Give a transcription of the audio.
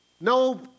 no